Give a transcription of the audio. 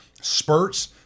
spurts